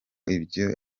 ibyo